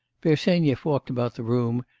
bersenyev walked about the room,